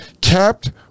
capped